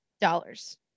dollars